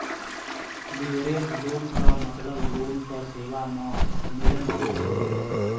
leverage loan क मतलब loan क सेवा म मिलल छूट हउवे